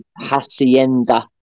hacienda